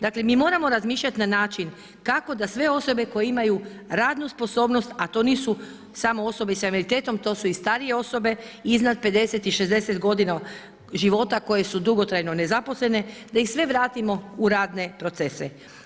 Dakle, mi moramo razmišljati na način kako da sve osobe koje imaju radnu sposobnost, a to nisu samo osobe sa invaliditetom, to su i starije osobe iznad 50 i 60 godina života koje su dugotrajno nezaposlene, da ih sve vratimo u radne procese.